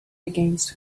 against